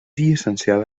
llicenciada